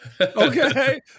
Okay